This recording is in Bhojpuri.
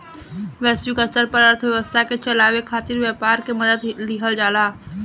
वैश्विक स्तर पर अर्थव्यवस्था के चलावे खातिर व्यापार के मदद लिहल जाला